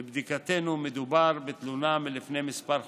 מבדיקתנו, מדובר בתלונה מלפני כמה חודשים.